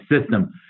system